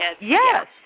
Yes